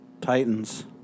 Titans